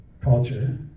culture